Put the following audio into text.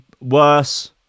worse